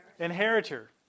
Inheritor